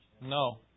No